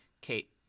Kate